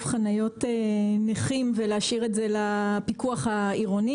חניות נכים ולהשאיר את זה לפיקוח העירוני.